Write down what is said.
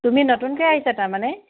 তুমি নতুনকৈ আহিছা তাৰমানে